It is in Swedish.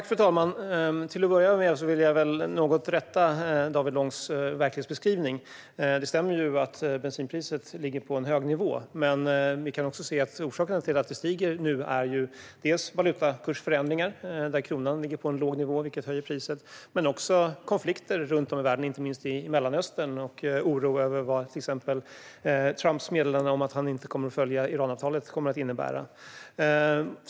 Fru talman! Till att börja med vill jag något rätta David Långs verklighetsbeskrivning. Det stämmer att bensinpriset ligger på en hög nivå. Men orsakerna till att det nu stiger är bland annat valutakursförändringar - kronan ligger på en låg nivå, vilket höjer priset - men också konflikter runt om i världen, inte minst i Mellanöstern. Det finns också en oro över vad till exempel Trumps meddelande om att han inte kommer att följa Iranavtalet kommer att innebära.